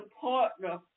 partner